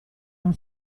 una